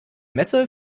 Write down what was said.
messe